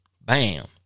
bam